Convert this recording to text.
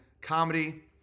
Comedy